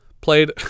played